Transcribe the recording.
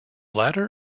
latter